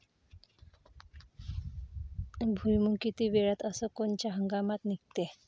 भुईमुंग किती वेळात अस कोनच्या हंगामात निगते?